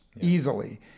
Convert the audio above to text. easily